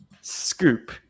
Scoop